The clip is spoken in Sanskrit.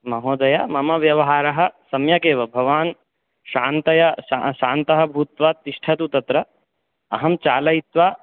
महोदय मम व्यवहारः सम्यकेव भवान् शान्तया शान्तः भूत्वा तिष्ठतु तत्र अहं चालयित्वा